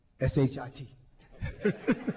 S-H-I-T